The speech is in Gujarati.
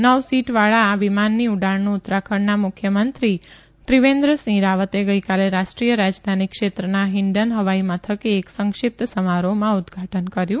નવ સીટવાળા આ વિમાનની ઉડાણનું ઉત્તરાખંડના મુખ્યમંત્રી ત્રિવેન્દ્રસિંહ રાવતે ગઇકાલે રાષ્ટ્રીય રાજધાની ક્ષેત્રના હિંડન હવાઇ મથકે એક સંક્ષિપ્ત સમારોહમાં ઉદઘાટન કર્યુ